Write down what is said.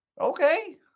Okay